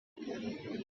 بچینی